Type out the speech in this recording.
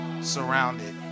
surrounded